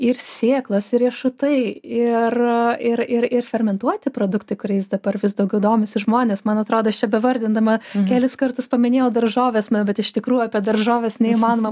ir sėklos ir riešutai ir ir ir ir fermentuoti produktai kuriais dabar vis daugiau domisi žmonės man atrodo čia bevardindama kelis kartus paminėjau daržoves na bet iš tikrųjų apie daržoves neįmanoma